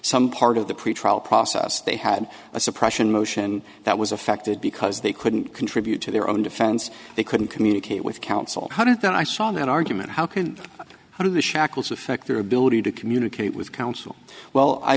some part of the pretrial process they had a suppression motion that was affected because they couldn't contribute to their own defense they couldn't communicate with counsel how did that i saw an argument how can i do the shackles affect their ability to communicate with counsel well i